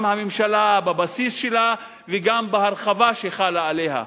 גם הממשלה בבסיס שלה וגם בהרחבה שחלה עליה,